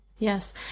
Yes